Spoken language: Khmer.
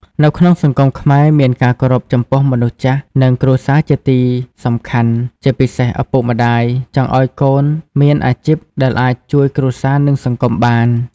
នៅក្នុងសង្គមខ្មែរមានការគោរពចំពោះមនុស្សចាស់ និងគ្រួសារជាទីសំខាន់ ជាពិសេសឪពុកម្ដាយចង់ឲ្យកូនមានអាជីពដែលអាចជួយគ្រួសារនិងសង្គមបាន។